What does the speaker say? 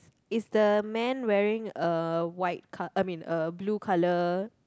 is the man wearing a white co~ I mean a blue colour